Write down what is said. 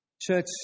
church